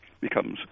becomes